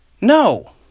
No